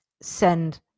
send